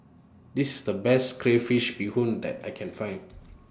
This IS The Best Crayfish Beehoon that I Can Find